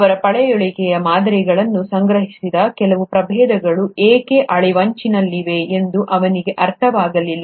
ಅವರು ಪಳೆಯುಳಿಕೆ ಮಾದರಿಗಳನ್ನು ಸಂಗ್ರಹಿಸಿದ ಕೆಲವು ಪ್ರಭೇದಗಳು ಏಕೆ ಅಳಿವಿನಂಚಿನಲ್ಲಿವೆ ಎಂದು ಅವನಿಗೆ ಅರ್ಥವಾಗಲಿಲ್ಲ